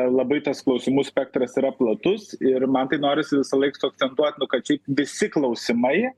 labai tas klausimų spektras yra platus ir man tai norisi visą laik suakcentuot kad šiaip visi klausimai